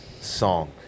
song